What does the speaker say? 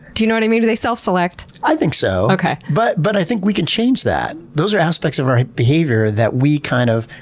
do you know what i mean? do they self select? i think so, but but i think we can change that. those are aspects of our behaviour that we, kind of,